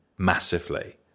massively